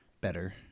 better